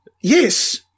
yes